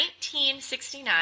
1969